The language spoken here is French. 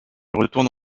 retourne